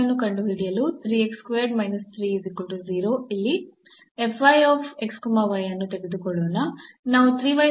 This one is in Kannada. ಇಲ್ಲಿ ಅನ್ನು ತೆಗೆದುಕೊಳ್ಳೋಣ